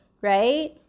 right